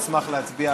אשמח להצביע על הנושא.